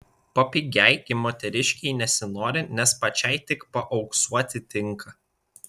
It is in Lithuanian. papigiai gi moteriškei nesinori nes pačiai tik paauksuoti tinka